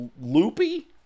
loopy